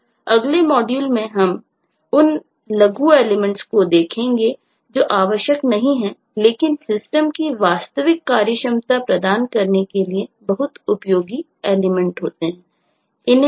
अब अगले मॉड्यूल में हम उन अल्प लघु एलिमेंट्स को देखेंगे जो आवश्यक नहीं हैं लेकिन सिस्टम की वास्तविक कार्यक्षमता प्रदान करने के लिए बहुत उपयोगी एलिमेंट होते हैं